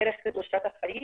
ערך קדושת החיים,